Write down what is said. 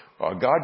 God